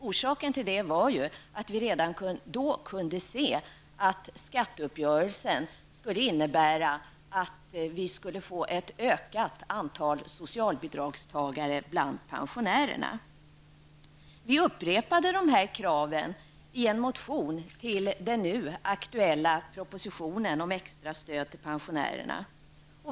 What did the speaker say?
Orsaken var ju att vi redan då kunde se att skatteuppgörelsen skulle innebära att vi skulle få ett ökat antal socialbidragstagare bland pensionärerna. Vi upprepade dessa krav i en motion med anledning av den nu aktuella propositionen om extra stöd till pensionärerna.